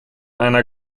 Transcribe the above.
einer